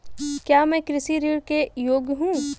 क्या मैं कृषि ऋण के योग्य हूँ?